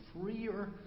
freer